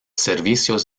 servicios